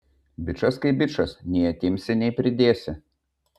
bičas kaip bičas nei atimsi nei pridėsi